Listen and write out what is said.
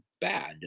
bad